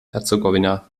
herzegowina